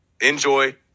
enjoy